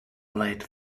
late